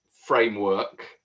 framework